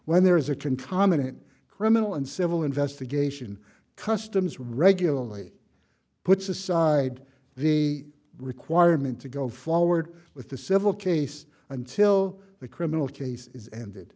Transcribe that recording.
when there is a contaminant criminal and civil investigation customs regularly puts aside the requirement to go forward with the civil case until the criminal case is end